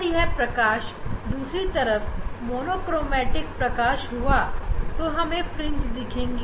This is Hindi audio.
अगर यह प्रकाश मोनोक्रोमेटिक प्रकाश हुआ तो दूसरी तरफ हमें फ्रिंज दिखेगी